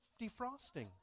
defrosting